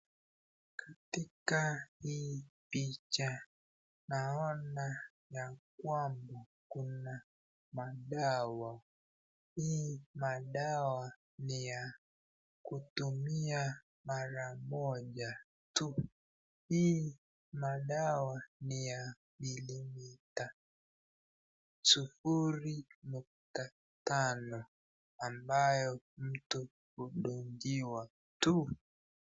Katika hii picha naona ya kwamba kuna madawa. Hii madawa ni ya kutumia mara moja tu. Hii madawa ni ya mililiter sufuri nukta tano, ambayo mtu hudungiwa tu.